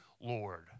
Lord